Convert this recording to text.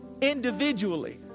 individually